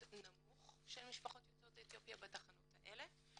נמוך של משפחות יוצאות אתיופיה בתחנות האלה.